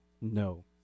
No